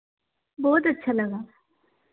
बहुत अच्छा लगा